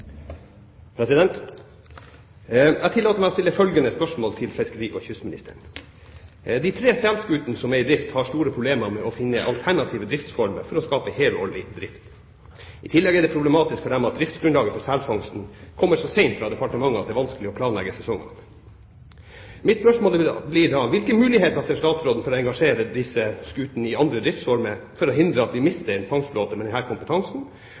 til fiskeri- og kystministeren: «De tre selskutene som er i drift, har store problemer med å finne alternative driftsformer for å skape helårig drift. I tillegg er det problematisk for dem at driftsgrunnlaget for selfangsten kommer så sent fra Fiskeri- og kystdepartementet at det er vanskelig å planlegge sesongene. Hvilke muligheter ser statsråden for å engasjere disse i andre driftsformer for å hindre at vi mister en fangstflåte med denne spesielle kompetansen,